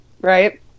Right